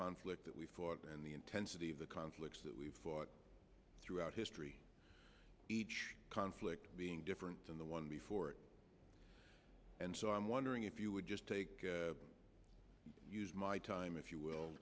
conflict that we've fought and the intensity of the conflicts that we've fought throughout history each conflict being different than the one before it and so i'm wondering if you would just take use my time if you will